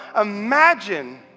imagine